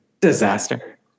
Disaster